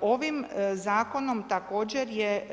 Ovim zakonom također je